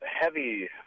heavy